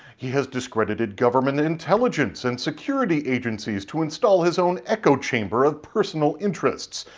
he has discredited governmental intelligence and security agencies to install his own echo chamber of personal interests.